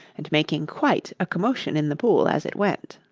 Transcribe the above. and making quite a commotion in the pool as it went.